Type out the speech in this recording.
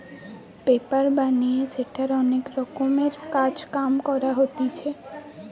paper বানিয়ে সেটার অনেক রকমের কাজ কাম করা হতিছে